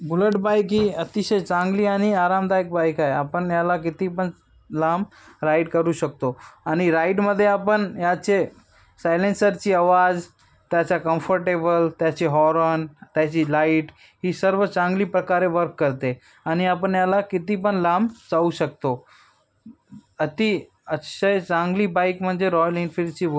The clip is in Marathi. बुलट बाईक ही अतिशय चांगली आणि आरामदायक बाईक आहे आपण याला कितीपण लांब राईड करू शकतो आणि राईडमध्ये आपण याचे सायलेन्सरची आवाज त्याचा कम्फर्टेबल त्याची हॉरन त्याची लाईट ही सर्व चांगली प्रकारे वर्क करते आणि आपण याला किती पण लांब चाऊ शकतो अति अतशय चांगली बाईक म्हणजे रॉयल इन्फिल्डची बु